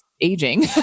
aging